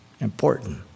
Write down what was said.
Important